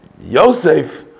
Yosef